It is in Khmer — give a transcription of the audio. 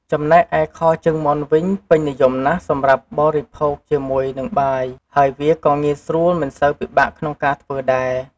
ចំណែកឯ ខជើងមាន់វិញពេញនិយមណាស់សម្រាប់បរិភៅគជាមួយនឹងបាយ ហើយវាក៏ងាយស្រួលមិនសូវពិបាកក្នុងការធ្វើដែរ។